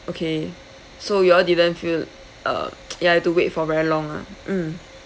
okay so you all didn't feel uh you have to wait for very long ah mm